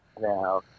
now